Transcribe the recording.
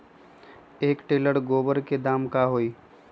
एक टेलर गोबर के दाम का होई?